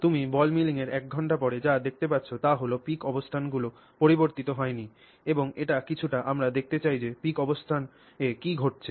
তুমি বল মিলিংয়ের 1 ঘন্টা পরে যা দেখছ তা হল peak অবস্থানগুলি পরিবর্তিত হয়নি এবং এটি কিছুটা আমরা দেখতে চাই যে peak অবস্থানে কী ঘটেছে